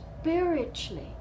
spiritually